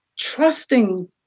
Trusting